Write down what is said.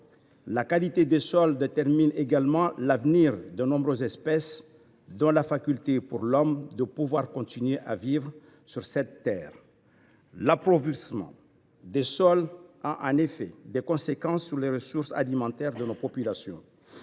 La qualité des sols détermine également l’avenir de nombreuses espèces et même la faculté pour l’homme de pouvoir continuer à vivre sur cette terre. L’appauvrissement des sols a en effet des conséquences sur les ressources alimentaires de nos populations.